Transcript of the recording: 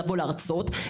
לבוא להרצות,